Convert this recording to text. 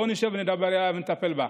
בוא נשב ונטפל בה.